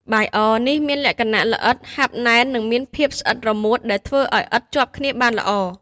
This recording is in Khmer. បាយអរនេះមានលក្ខណៈល្អិត ហាប់ណែន និងមានភាពស្អិតរមួតដែលធ្វើឱ្យឥដ្ឋជាប់គ្នាបានល្អ។